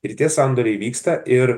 ir tie sandoriai vyksta ir